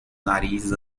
nariz